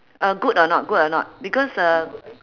uh good or not good or not because uh